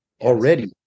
already